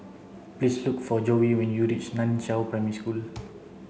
please look for Joey when you reach Nan Chiau Primary School